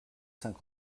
cinq